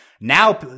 Now